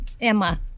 Emma